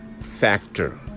factor